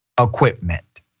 equipment